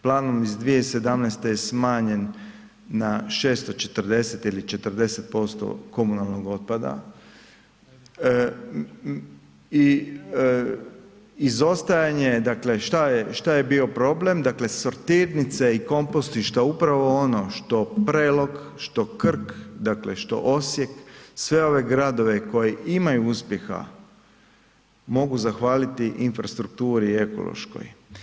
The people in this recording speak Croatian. Planom iz 2017. je smanjen na 640 ili 40% komunalnog otpada i izostajanje, dakle šta je bio problem, dakle sortirnice i komposti što upravo ono što Prelog, što Krk, dakle što Osijek, sve ove gradove koji imaju uspjeha mogu zahvaliti infrastrukturi ekološkoj.